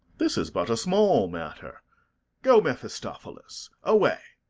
this is but a small matter go, mephistophilis away!